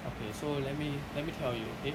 okay so let me let me tell you okay